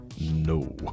No